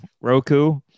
Roku